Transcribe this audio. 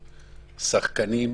שחקנים,